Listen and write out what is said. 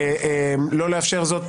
לא לאפשר זאת.